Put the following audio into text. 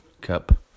Cup